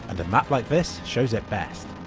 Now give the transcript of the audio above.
and map like this shows it best.